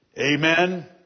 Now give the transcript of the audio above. Amen